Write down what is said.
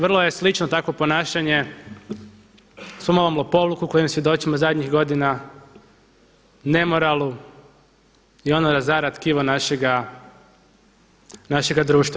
Vrlo je slično takvo ponašanje, svom ovom lopovluku kojem svjedočimo zadnjih godina, nemoralu i ono razara tkivo našega društva.